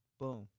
Boom